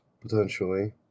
potentially